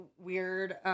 weird